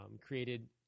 created